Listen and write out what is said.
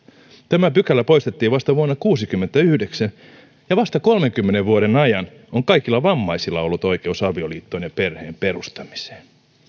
tämä pykälä poistettiin vasta vuonna kuusikymmentäyhdeksän ja vasta kolmenkymmenen vuoden ajan on kaikilla vammaisilla ollut oikeus avioliittoon ja perheen perustamiseen